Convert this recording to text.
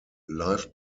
live